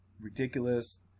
ridiculous